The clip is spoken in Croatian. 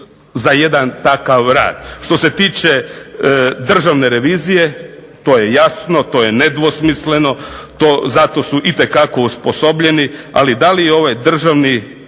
za jedan takav rad. Što se tiče Državne revizije, to je jasno, to je nedvosmisleno za to su itekako osposobljeni ali da li je ovo Državno